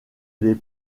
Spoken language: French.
les